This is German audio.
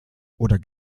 oder